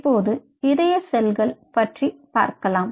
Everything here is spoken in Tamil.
இப்போது இதய செல்கள் பற்றி பார்க்கலாம்